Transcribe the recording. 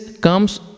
comes